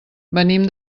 venim